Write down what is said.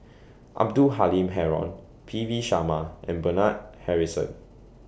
Abdul Halim Haron P V Sharma and Bernard Harrison